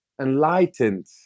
enlightened